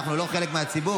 אנחנו לא חלק מהציבור?